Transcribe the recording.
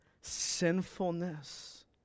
sinfulness